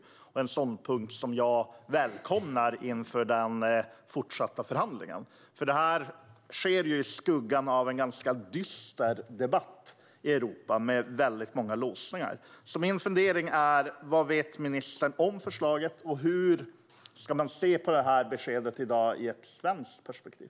Det är en ståndpunkt som jag välkomnar inför de fortsatta förhandlingarna. Det här sker i skuggan av en ganska dyster debatt i Europa med väldigt många låsningar, så min fundering är: Vad vet ministern om förslaget, och hur ska man se på beskedet i dag ur ett svenskt perspektiv?